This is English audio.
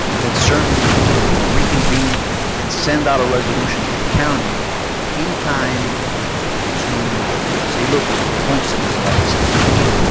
then certainly we can reconvene and send out a resolution to the county in time to say look, homestead doesn't like this application.